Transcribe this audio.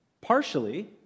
partially